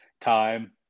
time